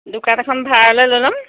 দোকান এখন ভাড়লৈ ল'য় ল'ম